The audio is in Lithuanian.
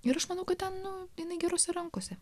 ir aš manau kad ten nu jinai gerose rankose